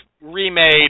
remade